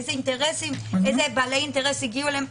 איזה בעלי אינטרס הגיעו אליהם,